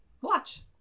Watch